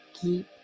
keep